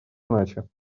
иначе